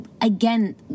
Again